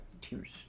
tears